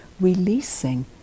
releasing